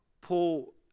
Paul